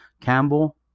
Campbell